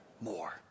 ...more